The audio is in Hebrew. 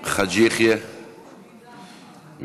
חאג' יחיא, בבקשה,